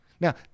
now